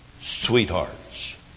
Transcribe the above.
sweethearts